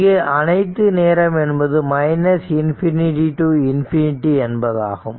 இங்கு அனைத்து நேரம் என்பது ∞ to ∞ என்பதாகும்